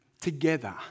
together